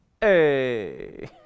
hey